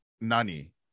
Nani